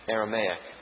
Aramaic